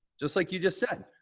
just like you just said,